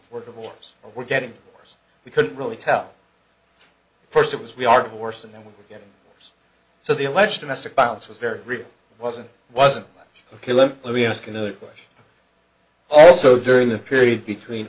or divorce we're getting worse we couldn't really tell first it was we are divorced and then we were getting worse so the alleged domestic violence was very real wasn't wasn't ok let me ask another question also during the period between